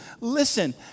listen